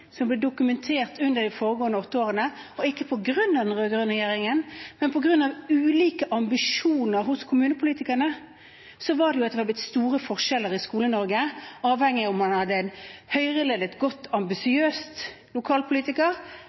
som ble dokumentert under de foregående åtte årene – ikke på grunn av den rød-grønne regjeringen, men på grunn av ulike ambisjoner hos kommunepolitikerne – så var det at det var blitt store forskjeller i Skole-Norge, avhengig av om man hadde en Høyre-ledet, god, ambisiøs lokalpolitiker